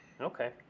Okay